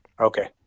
Okay